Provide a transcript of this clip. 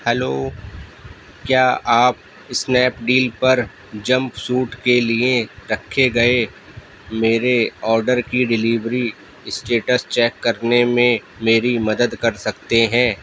hello کیا آپ Snapdeal پر جمپ سوٹ کے لیے رکھے گئے میرے آرڈر کی ڈلیوری اسٹیٹس چیک کرنے میں میری مدد کر سکتے ہیں